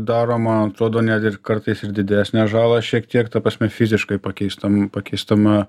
daro man atrodo net ir kartais ir didesnę žalą šiek tiek ta prasme fiziškai pakeistam pakeistame